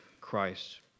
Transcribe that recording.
Christ